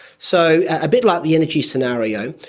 so a bit like the energy scenario,